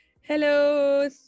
Hello